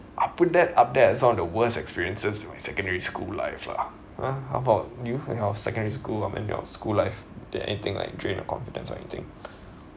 I put that up there as one of the worst experiences during secondary school life lah uh how about you your secondary school I mean your school life did anything like drain your confidence or anything